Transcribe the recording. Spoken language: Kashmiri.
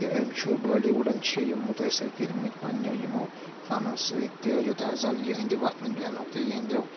تہٕ أمۍ چھُ بالی وُڈَن چھِ یِم مُتٲثر کٔرۍمٕتۍ پنٛنیو یِمو فنو سۭتۍ تہٕ یوٚتام زَن یِہنٛدِ وَتھنہٕ بیٚہنُک تہٕ یِہنٛدیو